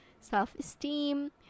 self-esteem